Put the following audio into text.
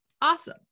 awesome